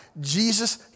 Jesus